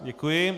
Děkuji.